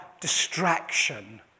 distraction